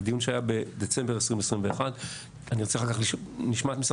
זה דיון שהיה בדצמבר 2021. נשמע את משרד